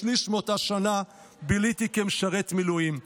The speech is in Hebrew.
שליש מאותה שנה ביליתי כמשרת מילואים.